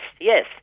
yes